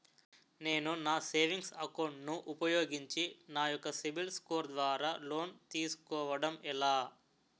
నేను నా savings account ను ఉపయోగించి నా యెక్క సిబిల్ స్కోర్ ద్వారా లోన్తీ సుకోవడం ఎలా?